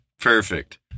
Perfect